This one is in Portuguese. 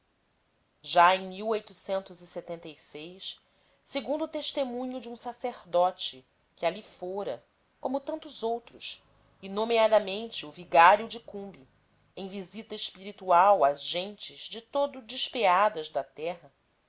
e o segundo o testemunho de um sacerdote que ali fora como tantos outros e nomeadamente o vigário de cumbe em visita espiritual às gentes de todo despeadas da terra